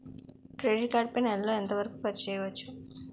Credit card పై నెల లో ఎంత వరకూ ఖర్చు చేయవచ్చు?